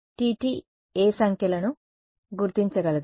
Tt ఏ సంఖ్యలను గుర్తించగలదు